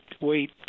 wait